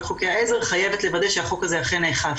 חוקי העזר חייבת לוודא שהחוק הזה אכן נאכף.